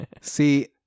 See